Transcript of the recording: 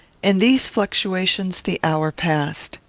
in these fluctuations the hour passed.